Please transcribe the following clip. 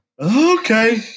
Okay